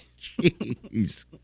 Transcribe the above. Jeez